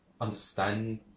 understand